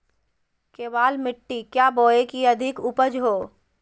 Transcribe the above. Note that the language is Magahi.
केबाल मिट्टी क्या बोए की अधिक उपज हो?